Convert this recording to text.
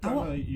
awak